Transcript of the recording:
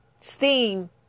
steam